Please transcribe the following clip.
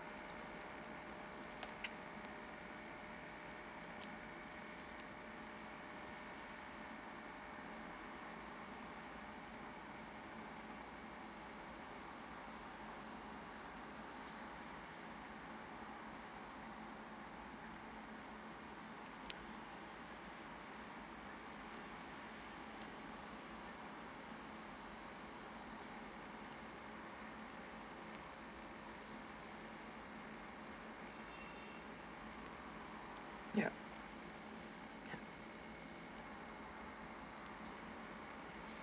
yup